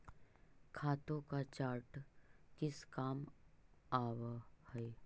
खातों का चार्ट किस काम आवअ हई